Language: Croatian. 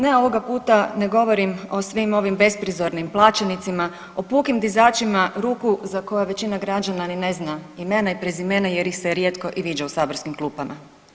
Ne, ovoga puta ne govorim o svim ovim besprizornim plaćenicima o pukim dizačima ruku za koje većina građana ni zna imena i prezimena jer ih se rijetko i viđa u saborskim klupama.